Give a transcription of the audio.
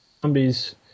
zombies